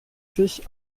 sich